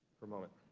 for a moment.